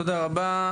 תודה רבה.